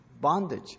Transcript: bondage